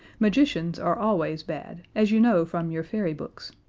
magicians are always bad, as you know from your fairy books,